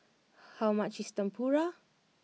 how much is Tempura